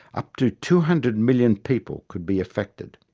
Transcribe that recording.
up to two hundred million people could be affected.